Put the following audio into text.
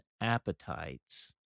appetites